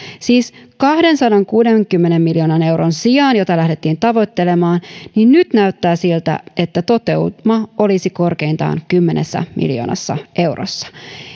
siis kahdensadankuudenkymmenen miljoonan euron sijaan jota lähdettiin tavoittelemaan nyt näyttää siltä että toteuma olisi korkeintaan kymmenessä miljoonassa eurossa